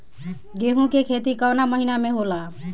गेहूँ के खेती कवना महीना में होला?